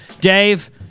Dave